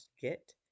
get